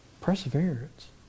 Perseverance